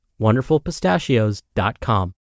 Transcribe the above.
wonderfulpistachios.com